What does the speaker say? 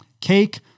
Cake